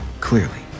Clearly